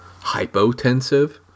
hypotensive